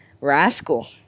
Rascal